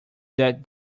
that